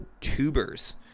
Tubers